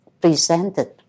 presented